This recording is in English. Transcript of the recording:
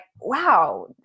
wow